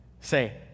say